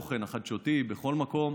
לבין התוכן החדשותי בכל מקום,